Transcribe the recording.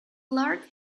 large